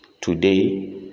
Today